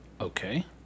Okay